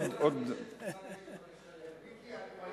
עוד, השר איתן, יש